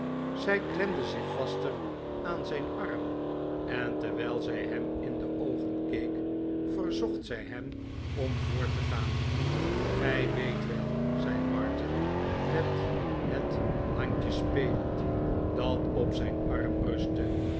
zij klemde zich vaster aan zijn arm en terwijl zij hem in de oogen keek verzocht zij hem om voort te gaan gij weet wel zei martin met het handje spelend dat op zijn arm rustte